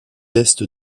est